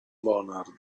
bonard